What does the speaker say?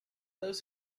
those